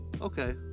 Okay